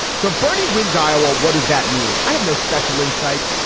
so if bernie wins iowa, what does that mean? i have no special insight.